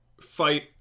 fight